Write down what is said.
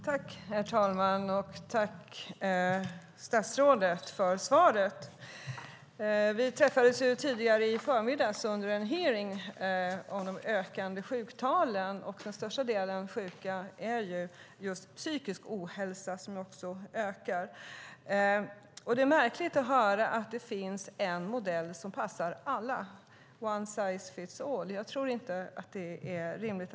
Herr talman! Jag tackar statsrådet för svaret. Vi träffades tidigare i förmiddags under en hearing om de ökande sjuktalen. Den största delen sjuka har just psykisk ohälsa, och den psykiska ohälsan ökar. Det är märkligt att höra att det finns en modell som passar alla - one size fits all. Jag tror inte att det är rimligt.